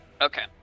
Okay